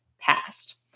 past